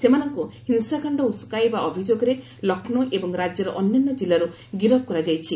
ସେମାନଙ୍କୁ ହିଂସାକାଣ୍ଡ ଉସକାଇବା ଅଭିଯୋଗରେ ଲକ୍ଷ୍ନୌ ଏବଂ ରାଜ୍ୟର ଅନ୍ୟାନ୍ୟ କିଲ୍ଲାରୁ ଗିରଫ୍ କରାଯାଇଛି